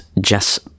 Jess